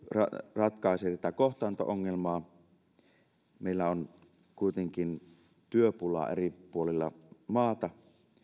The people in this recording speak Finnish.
ratkaisee tätä kohtaanto ongelmaa meillä on kuitenkin työpula eri puolilla maata